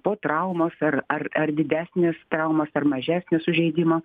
po traumos ar ar ar didesnės traumos ar mažesnio sužeidimo